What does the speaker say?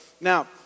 Now